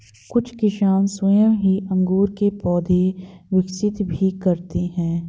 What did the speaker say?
कुछ किसान स्वयं ही अंगूर के पौधे विकसित भी करते हैं